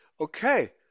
Okay